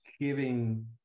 giving